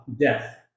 death